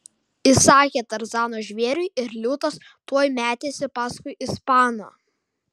įsakė tarzanas žvėriui ir liūtas tuoj metėsi paskui ispaną